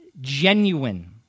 genuine